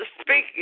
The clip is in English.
speaking